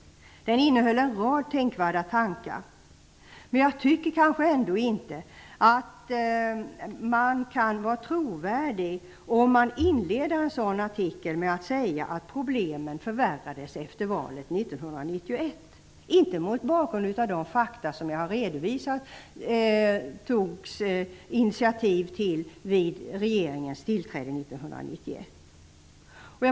Artikeln innehöll en rad tänkvärda tankar. Men jag tycker kanske ändå inte att man kan vara trovärdig, om man inleder en sådan artikel med att säga att problemen förvärrades efter valet 1991, inte mot bakgrund av de fakta som jag har redovisat om initiativ som togs vid regeringens tillträde 1991.